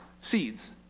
seeds